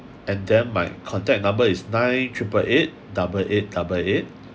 and then my contact number is nine triple eight double eight double eight